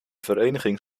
vereniging